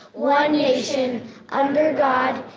one nation under god,